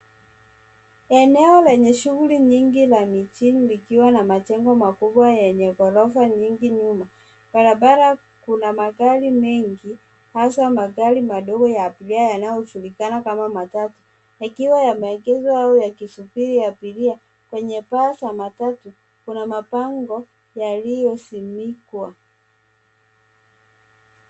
Eneo lenye shughuli nyingi la mijini likiwa na majengo makubwa yenye ghorofa nyingi nyuma. Barabara kuna magari mengi hasa magari madogo ya abiria yanayojulikana kama matatu ikiwa yameegezwa yawe yakisubiri abiria. Kwenye paa za matatu, kuna mabango yaliyosimikwa.